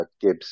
Gibbs